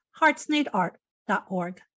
heartsneedart.org